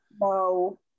No